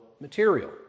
material